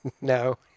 no